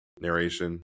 narration